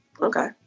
okay